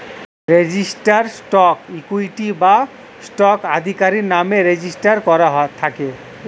registered stock equity বা stock আধিকারির নামে রেজিস্টার করা থাকে